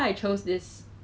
然后我很喜欢